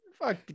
Fuck